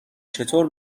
چطور